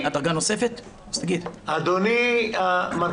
אדוני, עד